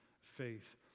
faith